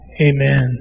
Amen